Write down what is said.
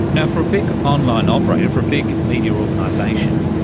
yeah for a big online operator, for a big media organisation,